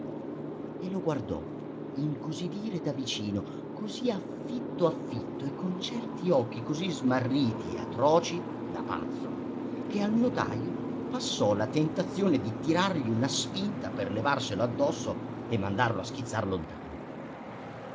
e lo guardò in così dire da vicino così affitto affitto e con certi occhi così smarriti e atroci da pazzo che al notajo passò la tentazione di tirargli una spinta per levarselo d'addosso e mandarlo a schizzar lontano